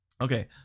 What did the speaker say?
Okay